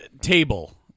Table